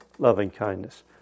loving-kindness